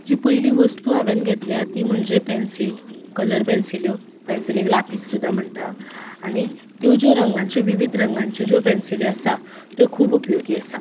जी पयली वस्तू हांवें घेतल्या ती म्हणजे पेन्सील कलर पेन्सिल्यो पेन्सिलेक लापीस सुद्दां म्हणटा आणी त्यो ज्यो रंगाच्यो विवीद रंगाच्यो ज्यो पेन्सिल्यो आसा त्यो खूब उपेगी आसा